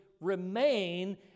remain